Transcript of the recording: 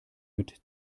mit